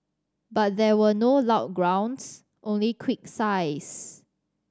but there were no loud groans only quick sighs